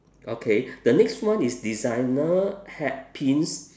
okay the next one is designer hatpins